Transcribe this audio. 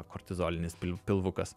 kortizolinis pilvukas